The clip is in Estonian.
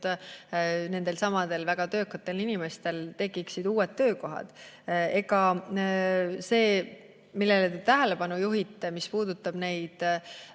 nendelesamadele väga töökatele inimestele tekiksid uued töökohad. See, millele te tähelepanu juhite, mis puudutab